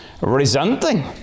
resenting